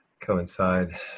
coincide